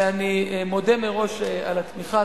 ואני מודה מראש על התמיכה.